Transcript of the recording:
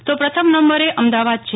તો પ્રથમ નંબરે અમદાવાદ છે